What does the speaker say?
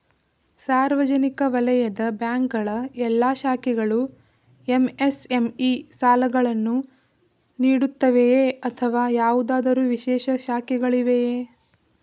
ಸಾರ್ವಜನಿಕ ವಲಯದ ಬ್ಯಾಂಕ್ ಗಳ ಎಲ್ಲಾ ಶಾಖೆಗಳು ಎಂ.ಎಸ್.ಎಂ.ಇ ಸಾಲಗಳನ್ನು ನೀಡುತ್ತವೆಯೇ ಅಥವಾ ಯಾವುದಾದರು ವಿಶೇಷ ಶಾಖೆಗಳಿವೆಯೇ?